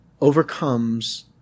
overcomes